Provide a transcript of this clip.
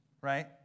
right